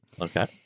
okay